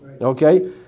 Okay